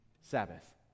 Sabbath